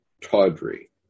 tawdry